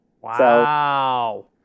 Wow